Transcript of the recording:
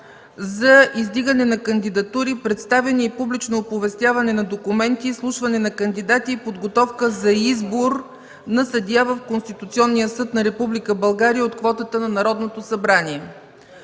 за издигане на кандидатури, представяне и публично оповестяване на документи, изслушване на кандидати и подготовка за избор на съдия в Конституционния съд на Република България от квотата на Народното събрание